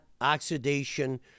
oxidation